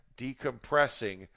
decompressing